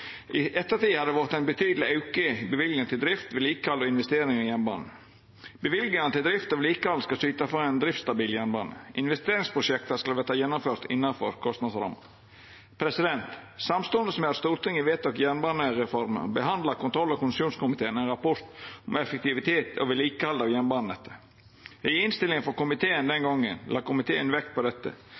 I ettertid har det vore ein betydeleg auke i løyvinga til drift, vedlikehald og investeringar i jernbanen. Løyvingar til drift og vedlikehald skal syta for ein driftsstabil jernbane. Investeringsprosjekta skal verta gjennomførte innanfor kostnadsramma. Samstundes med at Stortinget vedtok jernbanereforma, behandla kontroll- og konstitusjonskomiteen ein rapport om effektivitet og vedlikehald av jernbanenettet. I innstillinga frå komiteen den gongen la komiteen vekt på dette.